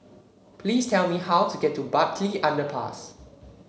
please tell me how to get to Bartley Underpass